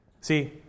See